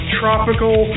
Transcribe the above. tropical